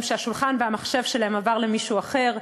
שהשולחן והמחשב שלהן עברו למישהו אחר,